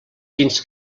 fins